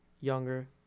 younger